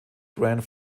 grand